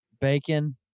bacon